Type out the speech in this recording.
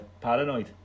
paranoid